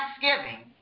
Thanksgiving